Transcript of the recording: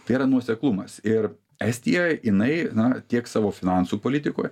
tai yra nuoseklumas ir estija jinai na tiek savo finansų politikoj